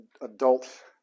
adult